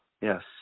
Yes